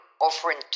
offering